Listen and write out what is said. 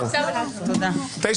מחר בשעה